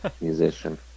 musician